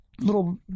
little